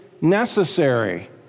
necessary